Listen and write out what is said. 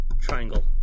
Triangle